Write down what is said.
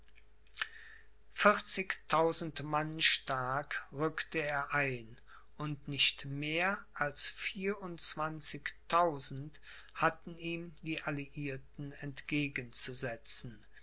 mann stark rückte er ein und nicht mehr als vierundzwanzigtausend hatten ihm die alliierten entgegen